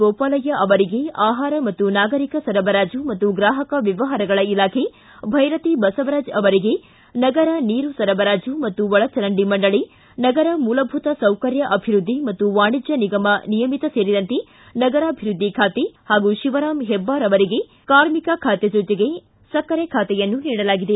ಗೋಪಾಲಯ್ಕ ಅವರಿಗೆ ಆಹಾರ ಮತ್ತು ನಾಗರಿಕ ಸರಬರಾಜು ಹಾಗೂ ಗೂಹಕ ವ್ಯವಹಾರಗಳ ಇಲಾಖೆ ಭೈರತಿ ಬಸವರಾಜ್ ಅವರಿಗೆ ನಗರ ನೀರು ಸರಬರಾಜು ಮತ್ತು ಒಳಚರಂಡಿ ಮಂಡಳಿ ನಗರ ಮೂಲಭೂತ ಸೌಕರ್ಯ ಅಭಿವ್ಯದ್ವಿ ಮತ್ತು ವಾಣಿಜ್ಯ ನಿಗಮ ನಿಯಮಿತ ಸೇರಿದಂತೆ ನಗರಾಭಿವೃದ್ಧಿ ಖಾತೆ ಹಾಗೂ ಶಿವರಾಮ್ ಹೆಬ್ಬಾರ್ಗೆ ಕಾರ್ಮಿಕ ಖಾತೆ ಜೊತೆಗೆ ಸಕ್ಕರೆ ಖಾತೆಯನ್ನು ನೀಡಲಾಗಿದೆ